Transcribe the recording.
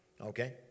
okay